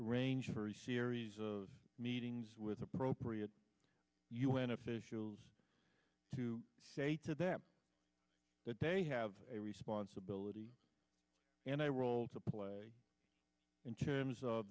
arrange for a series of meetings with appropriate u n officials to say to them that they have a responsibility and i role to play in terms of